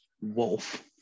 wolf